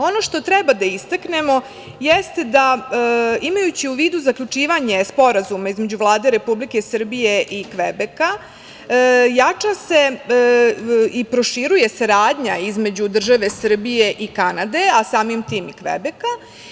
Ono što treba da istaknemo jeste da, imajući u vidu zaključivanje Sporazuma između Vlade Republike Srbije i Kvebeka, jača se i proširuje saradnja između države Srbije i Kanade, a samim tim i Kvebeka.